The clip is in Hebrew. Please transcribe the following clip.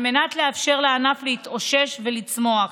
על מנת לאפשר לענף להתאושש ולצמוח.